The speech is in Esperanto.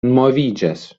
moviĝas